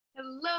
Hello